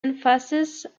emphasis